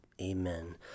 Amen